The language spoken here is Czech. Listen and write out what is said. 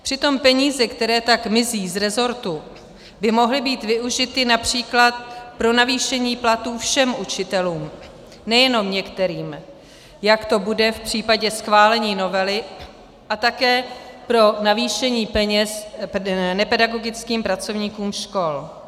Přitom peníze, které tak mizí z resortu, by mohly být využity např. pro navýšení platů všem učitelům, nejenom některým, jak to bude v případě schválení novely, a také pro navýšení peněz nepedagogickým pracovníkům škol.